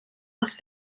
las